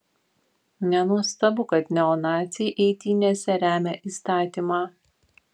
nenuostabu kad neonaciai eitynėse remia įstatymą